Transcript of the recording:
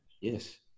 Yes